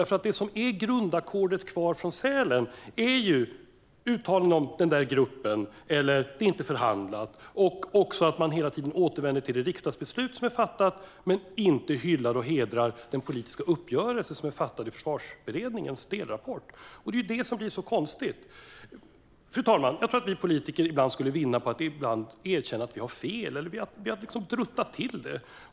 Grundackordet som är kvar från Sälen är uttalanden om "den där gruppen" eller "det är inte förhandlat". Man återvänder också hela tiden till det riksdagsbeslut som är fattat men hyllar och hedrar inte den politiska uppgörelse som är träffad i Försvarsberedningens delrapport. Det blir så konstigt. Fru talman! Jag tror att vi politiker skulle vinna på att ibland erkänna att vi har fel eller har druttat till det.